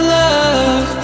love